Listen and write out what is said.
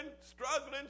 struggling